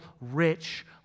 rich